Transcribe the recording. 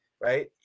right